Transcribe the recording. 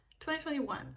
2021